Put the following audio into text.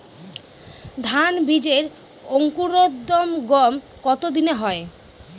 ধান বীজের অঙ্কুরোদগম কত দিনে হয়?